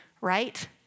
right